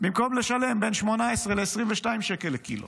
במקום לשלם בין 18 ל-22 שקלים לקילו